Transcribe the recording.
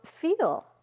feel